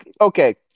Okay